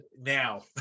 now